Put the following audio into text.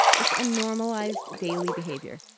it's a normalized daily behavior,